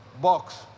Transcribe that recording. box